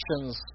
actions